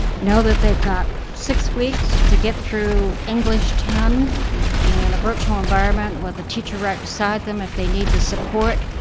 know that they've got six weeks to get through english ten in and a virtual environment, with a teacher right beside them if they need the support.